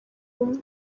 rumwe